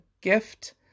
gift